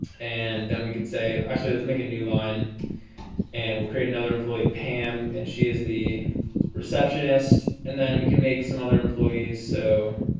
and then we could say actually let's make a new line and we'll create another employee pam and she is the receptionist and then we can make some other employees so